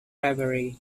library